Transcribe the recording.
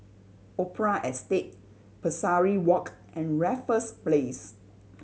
Opera Estate Pesari Walk and Raffles Place